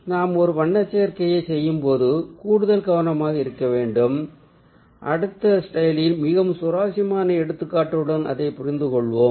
நாம் ஒரு வண்ண சேர்க்கையை செய்யும் போது கூடுதல் கவனமாக இருக்க வேண்டும் அடுத்த ஸ்லைடில் மிகவும் சுவாரஸ்யமான எடுத்துக்காட்டுடன் அதை புரிந்துகொள்வோம்